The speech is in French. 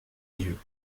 lieux